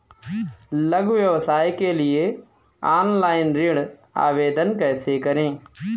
लघु व्यवसाय के लिए ऑनलाइन ऋण आवेदन कैसे करें?